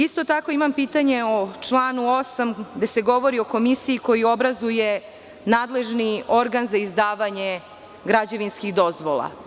Isto tako, imam pitanje u članu 8, gde se govori o komisiji koju obrazuje nadležni organ za izdavanje građevinskih dozvola.